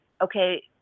okay